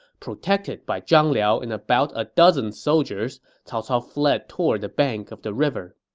protected by zhang liao and about a dozen soldiers, cao cao fled toward the bank of the river.